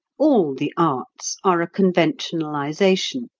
all the arts are a conventionalization,